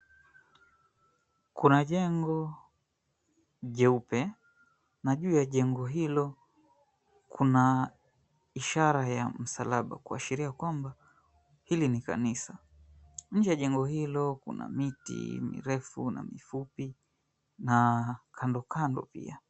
Kuna jengo jeupe, na juu ya jengo hilo kuna ishara ya msalaba kuashiria kwamba hili ni kanisa. Nje ya jengo hilo kuna miti mirefu na mifupi, na kandokando pia.